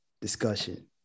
discussion